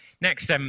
Next